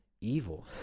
evil